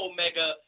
Omega